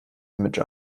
image